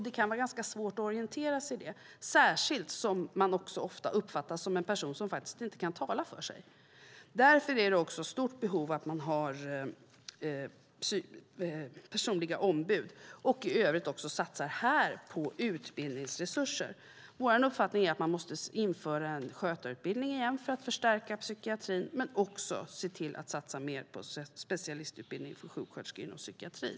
Det kan vara ganska svårt att orientera sig i det, särskilt som man ofta uppfattas som en person som faktiskt inte kan tala för sig. Därför finns det också ett stort behov av personliga ombud. Även här bör man dessutom satsa på utbildningsresurser. Det är vår uppfattning att man måste införa en skötarutbildning igen för att förstärka psykiatrin, och man måste också satsa mer på specialistutbildning för sjuksköterskor inom psykiatrin.